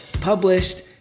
published